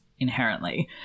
inherently